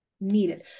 Needed